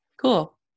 Cool